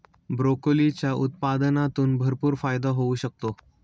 ब्रोकोलीच्या उत्पादनातून भरपूर फायदा होऊ शकतो